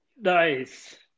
Nice